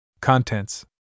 contents